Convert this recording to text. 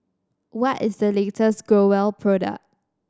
what is the latest Growell product